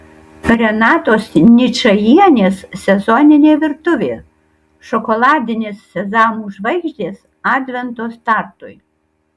renatos ničajienės sezoninė virtuvė šokoladinės sezamų žvaigždės advento startui